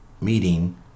meeting